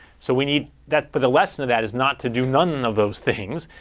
so we need that but the lesson of that is not to do none of those things.